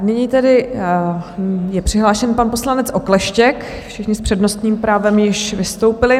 Nyní tedy je přihlášen pan poslanec Okleštěk, všichni s přednostním právem již vystoupili.